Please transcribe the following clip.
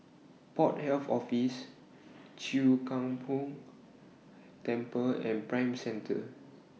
Port Health Office Chwee Kang Beo Temple and Prime Centre